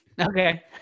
okay